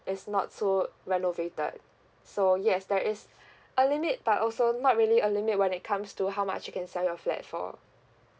is not so renovated so yes there is a limit but also not really a limit when it comes to how much you can sell your flat for